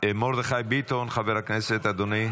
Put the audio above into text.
מרדכי ביטון, חבר הכנסת, אדוני,